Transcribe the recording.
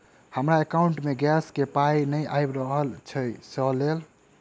हमरा एकाउंट मे गैस केँ पाई नै आबि रहल छी सँ लेल?